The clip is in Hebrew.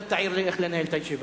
אל תעיר לי איך לנהל את הישיבה.